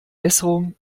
besserung